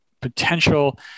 potential